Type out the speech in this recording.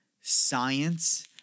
science